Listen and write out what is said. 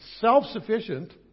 self-sufficient